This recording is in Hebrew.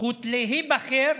הזכות להיבחר,